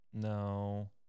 no